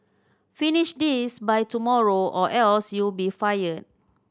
finish this by tomorrow or else you'll be fired